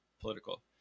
political